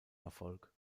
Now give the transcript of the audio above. erfolg